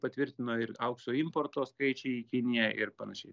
patvirtino ir aukso importo skaičiai į kiniją ir panašiai